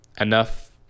enough